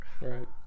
right